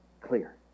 clear